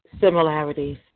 similarities